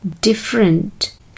different